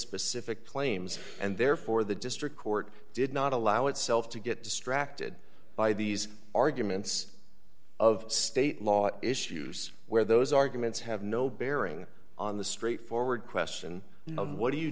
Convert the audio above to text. specific claims and therefore the district court did not allow itself to get distracted by these arguments of state law issues where those arguments have no bearing on the straightforward question what do you